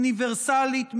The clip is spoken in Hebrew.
אוניברסלית,